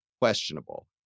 questionable